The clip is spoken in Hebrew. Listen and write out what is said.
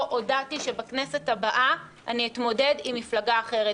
הודעתי שבכנסת הבאה אני אתמודד עם מפלגה אחרת.